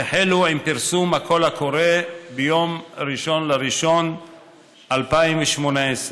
החלו עם פרסום הקול הקורא ביום 1 בינואר 2018,